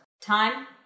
time